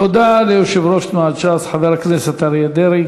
תודה ליושב-ראש תנועת ש"ס, חבר הכנסת אריה דרעי.